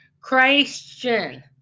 Christian